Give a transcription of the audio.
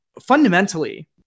fundamentally